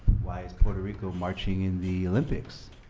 why is puerto rico marching in the olympics?